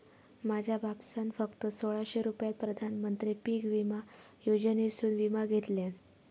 माझ्या बापसान फक्त सोळाशे रुपयात प्रधानमंत्री पीक विमा योजनेसून विमा घेतल्यान